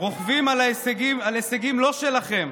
רוכבים על הישגים לא שלכם,